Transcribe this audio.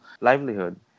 livelihood